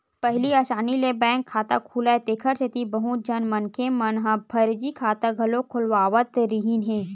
पहिली असानी ले बैंक खाता खुलय तेखर सेती बहुत झन मनखे मन ह फरजी खाता घलो खोलवावत रिहिन हे